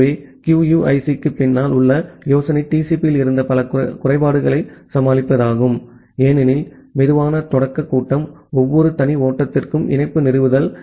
எனவே QUIC க்குப் பின்னால் உள்ள யோசனை TCP இல் இருந்த பல குறைபாடுகளை சமாளிப்பதாகும் ஏனெனில் மெதுவான தொடக்க கட்டம் ஒவ்வொரு தனி ஓட்டத்திற்கும் இணைப்பு நிறுவுதல்